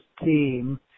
team